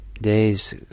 days